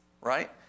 Right